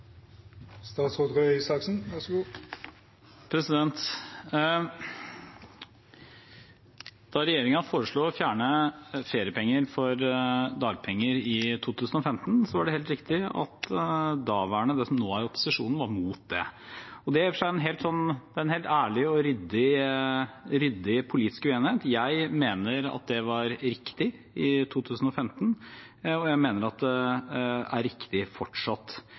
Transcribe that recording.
Da regjeringen foreslo å fjerne feriepenger for dagpenger i 2015, var det helt riktig at det som nå er opposisjonen, var imot det. Det er i og for seg en helt ærlig og ryddig politisk uenighet. Jeg mener at det var riktig i 2015, og jeg mener at det er riktig fortsatt,